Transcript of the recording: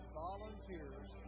volunteers